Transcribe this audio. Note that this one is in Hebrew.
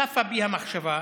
צפה בי המחשבה,